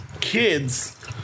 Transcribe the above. kids